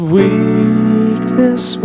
weakness